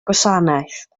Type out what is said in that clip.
gwasanaeth